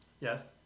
Yes